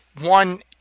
one